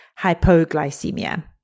hypoglycemia